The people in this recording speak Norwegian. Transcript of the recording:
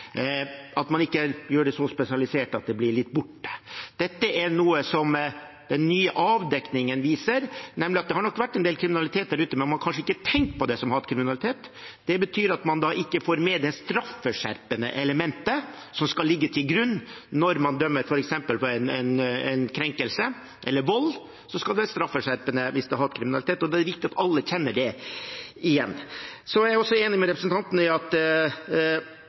at man ikke er så spesialisert at det blir borte. Dette er noe som den nye avdekningen viser, nemlig at det nok har vært en del kriminalitet der ute, som man kanskje ikke har tenkt på som hatkriminalitet. Det betyr at man ikke får med det straffeskjerpende elementet som skal ligge til grunn. Når man f.eks. blir dømt for en krenkelse eller vold, skal det være straffeskjerpende hvis det er hatkriminalitet. Det er viktig at alle kjenner det igjen. Jeg er også enig med representanten i at